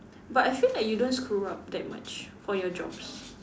but I feel like you don't screw up that much for your jobs